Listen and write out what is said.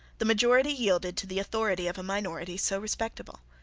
the majority yielded to the authority of a minority so respectable.